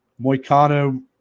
Moicano